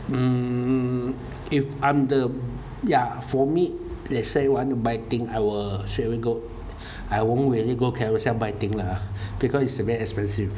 mm if I'm the ya for me let's say want to buy thing I will straight away go I won't really go Carousell buy thing lah because it's uh very expensive